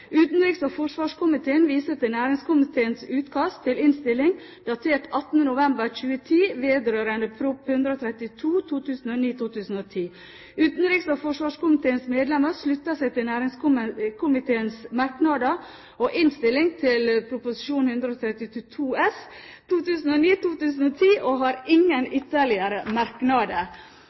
og forsvarskomiteen viser til næringskomiteens utkast til innstilling datert 18. november 2010, vedrørende Prop. 132 S . Utenriks- og forsvarskomiteens medlemmer slutter seg til næringskomiteens merknader og innstilling til Prop. 132 S , og har ingen ytterligere merknader.»